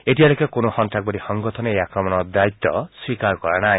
এতিয়ালৈকে কোনো সন্তাসবাদী সংগঠনে এই আক্ৰমণৰ দ্বায়িত্ব স্বীকাৰ কৰা নাই